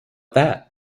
that